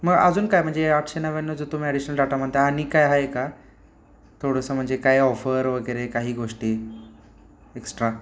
मग अजून काय म्हणजे आठशे नव्व्याण्णव जो तुम्ही ॲडिशनल डाटा म्हणताय आणि काय आहे का थोडंसं म्हणजे काय ऑफर वगैरे काही गोष्टी एक्स्ट्रा